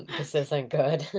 this isn't good.